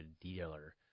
dealer